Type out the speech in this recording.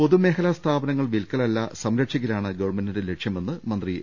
പൊതു മേഖലാ സ്ഥാപനങ്ങൾ വിൽക്കലല്ല സംരക്ഷിക്കലാണ് ഗവൺമെന്റിന്റെ ലക്ഷ്യമെന്ന് മന്ത്രി എ